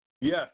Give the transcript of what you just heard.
Yes